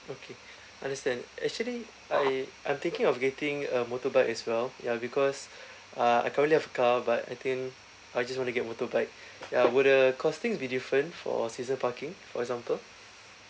okay understand actually I I'm thinking of getting a motorbike as well ya because uh I currently have a car but I think I just want to get motorbike uh would the costings be different for season parking for example